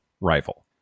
rival